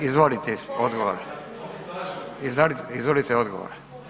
Izvolite odgovor, izvolite odgovor.